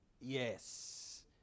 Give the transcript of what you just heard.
Yes